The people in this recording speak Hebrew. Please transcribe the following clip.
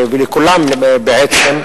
ולכולם בעצם.